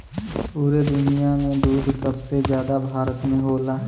पुरे दुनिया में दूध सबसे जादा भारत में होला